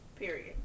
period